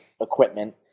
equipment